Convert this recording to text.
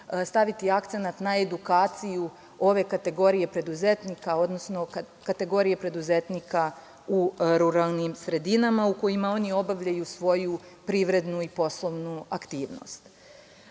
staviti akcenat na edukaciju ove kategorije preduzetnika, odnosno kategorije preduzetnika u ruralnim sredinama u kojima oni obavljaju svoju privrednu i poslovnu aktivnost. Ovaj